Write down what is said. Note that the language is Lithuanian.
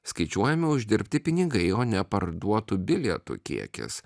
skaičiuojami uždirbti pinigai o ne parduotų bilietų kiekis